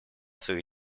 своих